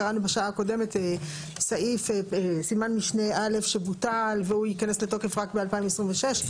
קראנו בשעה הקודמת סעיף סימן משנה א' שבוטל והוא ייכנס לתוקף רק ב-2026.